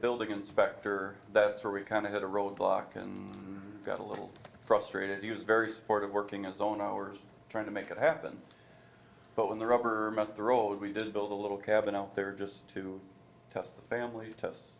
building inspector that's where we kind of hit a roadblock and got a little frustrated he was very supportive working as on ours trying to make it happen but when the rubber meets the road we did build a little cabin out there just to test the family tests